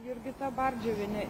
jurgita bardžiuvienė